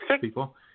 people